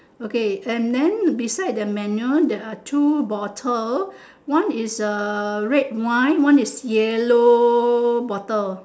okay and then beside the menu there are two bottle one is a red wine one is yellow bottle